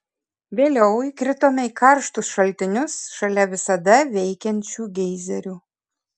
vėliau įkritome į karštus šaltinius šalia visada veikiančių geizerių